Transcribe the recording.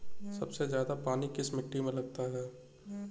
सबसे ज्यादा पानी किस मिट्टी में लगता है?